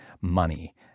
money